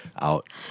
out